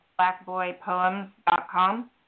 blackboypoems.com